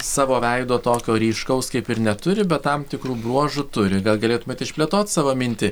savo veido tokio ryškaus kaip ir neturi bet tam tikrų bruožų turi gal galėtumėt išplėtot savo mintį